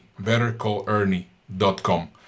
BetterCallErnie.com